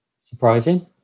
surprising